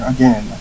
Again